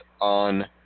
on